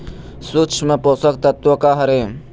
सूक्ष्म पोषक तत्व का हर हे?